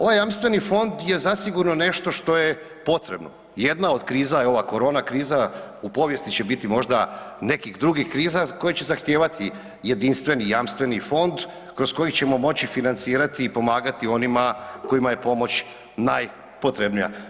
Ovaj jamstveni fond je zasigurno nešto što je potrebno i jedna od kriza i ova korona kriza u povijesti će biti možda nekih drugih kriza koje će zahtijevati jedinstveni jamstveni fond kroz koji ćemo moći financirati i pomagati onima kojima je pomoć najpotrebnija.